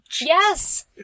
Yes